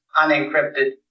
unencrypted